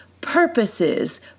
purposes